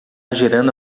girando